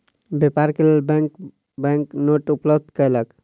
व्यापार के लेल बैंक बैंक नोट उपलब्ध कयलक